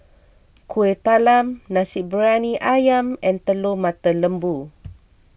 Kuih Talam Nasi Briyani Ayam and Telur Mata Lembu